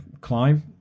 climb